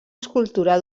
escultura